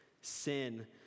sin